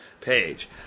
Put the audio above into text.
page